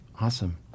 Awesome